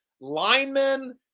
Linemen